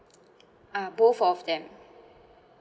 ah both of them